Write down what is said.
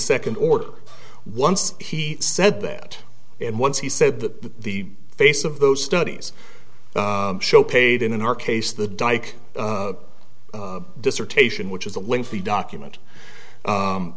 second or once he said that and once he said that the face of those studies show paid and in our case the dike dissertation which is a lengthy document